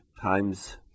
times